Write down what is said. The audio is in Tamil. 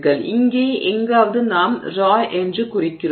எனவே இங்கே எங்காவது நாம் ராய் என்று குறிக்கிறோம்